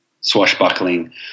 Swashbuckling